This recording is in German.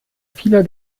vieler